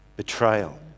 Betrayal